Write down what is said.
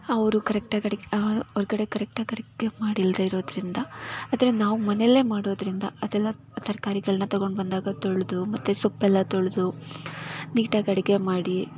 ಅವರು ಕರೆಕ್ಟಾಗಿ ಅಡುಗೆ ಹೊರ್ಗಡೆ ಕರೆಕ್ಟಾಗಿ ಅಡುಗೆ ಮಾಡಿಲ್ಲದೇ ಇರೋದರಿಂದ ಆರೆದ ನಾವು ಮನೆಯಲ್ಲೇ ಮಾಡೋದರಿಂದ ಅದೆಲ್ಲ ತರಕಾರಿಗಳ್ನ ತೊಗೊಂಡು ಬಂದಾಗ ತೊಳೆದು ಮತ್ತೆ ಸೊಪ್ಪೆಲ್ಲ ತೊಳೆದು ನೀಟಾಗಿ ಅಡುಗೆ ಮಾಡಿ